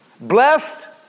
Blessed